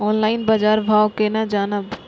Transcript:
Online बाजार भाव केना जानब?